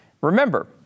Remember